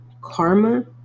karma